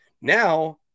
Now